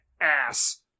ass